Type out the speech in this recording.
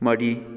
ꯃꯔꯤ